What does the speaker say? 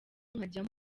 nkajya